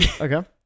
Okay